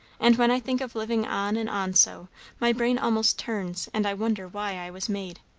and when i think of living on and on so my brain almost turns, and i wonder why i was made.